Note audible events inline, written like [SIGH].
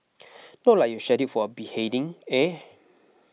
[NOISE] not like you're scheduled for a beheading eh